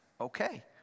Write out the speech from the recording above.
Okay